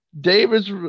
David's